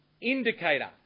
indicator